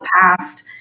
past